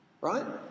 Right